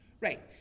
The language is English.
right